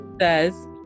says